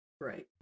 Right